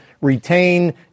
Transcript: retain